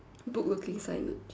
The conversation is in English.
book looking signage